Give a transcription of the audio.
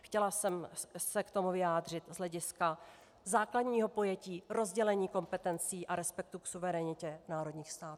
Chtěla jsem se k tomu vyjádřit z hlediska základního pojetí rozdělení kompetencí a respektu k suverenitě národních států.